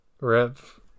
Rev